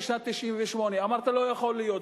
בשנת 1998. אמרת: לא יכול להיות,